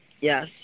Yes